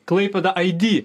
klaipėda aidi